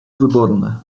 wyborne